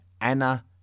Anna